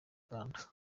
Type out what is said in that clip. uganda